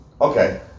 okay